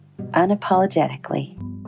unapologetically